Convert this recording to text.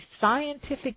scientific